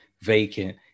vacant